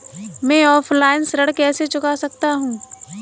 मैं ऑफलाइन ऋण कैसे चुका सकता हूँ?